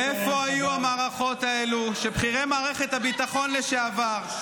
איפה היו המערכות האלה כשבכירי מערכת הביטחון לשעבר,